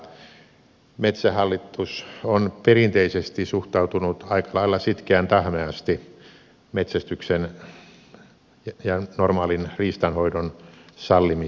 metsähallitus on perinteisesti suhtautunut aika lailla sitkeän tahmeasti metsästyksen ja normaalin riistanhoidon sallimiseen